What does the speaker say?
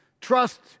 trust